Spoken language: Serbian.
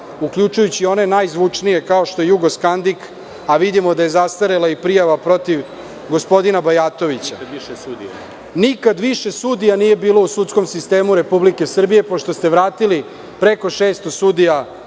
uključujući i one najzvučnije kao što je „Jugoskandik“, a vidimo da je zastarela i prijava protiv gospodina Bajatovića. Nikada više sudija nije bilo u sudskom sistemu Republike Srbije pošto ste vratili preko 600 sudija